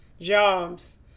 jobs